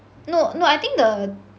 no no I think the